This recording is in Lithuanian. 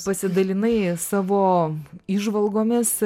pasidalinai savo įžvalgomis